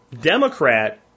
Democrat